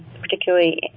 particularly